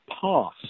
pass